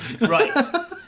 right